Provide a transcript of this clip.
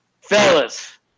Fellas